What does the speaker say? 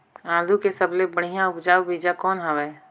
आलू के सबले बढ़िया उपजाऊ बीजा कौन हवय?